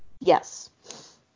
Yes